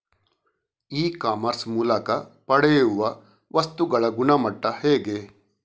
E commerce ಮೂಲಕ ಪಡೆಯುವ ವಸ್ತುಗಳ ಗುಣಮಟ್ಟ ಹೇಗೆ?